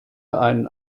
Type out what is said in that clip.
einen